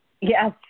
Yes